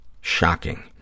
Shocking